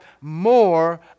more